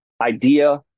idea